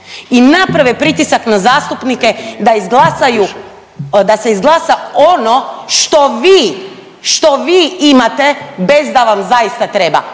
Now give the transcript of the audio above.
i naprave pritisak na zastupnike da izglasaju da se izglasa ono što vi, što vi imate bez da vam zaista treba